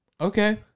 Okay